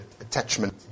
attachment